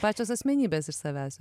pačios asmenybės iš savęs